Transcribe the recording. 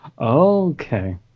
Okay